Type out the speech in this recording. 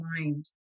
mind